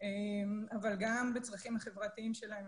אבל גם בצרכים החברתיים שלהם.